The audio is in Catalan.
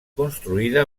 construïda